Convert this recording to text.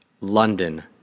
London